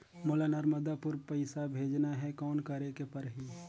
मोला नर्मदापुर पइसा भेजना हैं, कौन करेके परही?